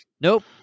Nope